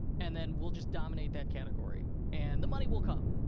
and then we'll just dominate that category. and the money will come.